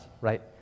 right